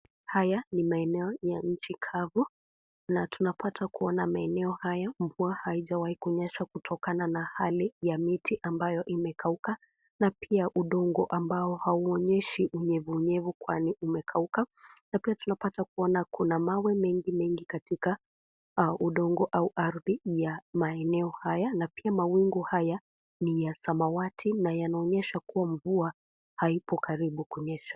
Haya ni maneo ya mji kavu na tunapata kuona maeneo haya mvua haijawai kunyesha kutokana na hali ya miti ambayo imekauka na pia udongo ambayo hauonyeshe unyevunyevu kwani kumekauka na pia tunapata kuona kuna mawe mengi mengi katika udongo au ardhi ya maeneo haya na pia mawingu haya ni ya samawati na yanaonyesha kuwa mvua haipo karibu kunyesha.